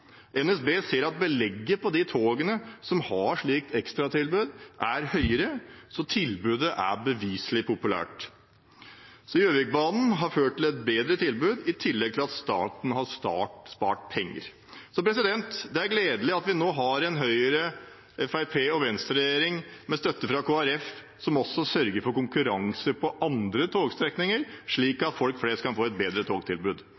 NSB ser at belegget på de togene som har et slikt ekstratilbud, er høyere, så tilbudet er beviselig populært. Så Gjøvikbanen har ført til et bedre tilbud, i tillegg til at staten har spart penger. Det er gledelig at vi nå har en Høyre–Fremskrittspartiet–Venstre-regjering, med støtte fra Kristelig Folkeparti, som også sørger for konkurranse på andre togstrekninger, slik at folk flest kan få et bedre togtilbud.